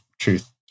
truth